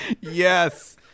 Yes